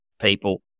people